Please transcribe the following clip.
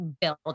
build